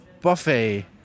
buffet